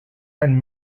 and